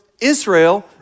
Israel